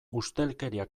ustelkeria